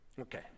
Okay